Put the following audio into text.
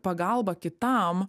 pagalba kitam